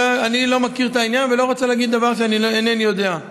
אני לא מכיר את העניין ולא רוצה להגיד דבר שאינני יודע.